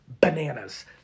bananas